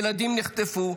ילדים נחטפו,